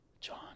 John